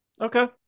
Okay